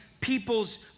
people's